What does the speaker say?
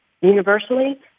Universally